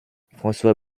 françois